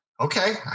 okay